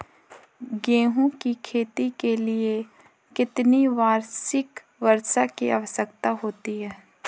गेहूँ की खेती के लिए कितनी वार्षिक वर्षा की आवश्यकता होती है?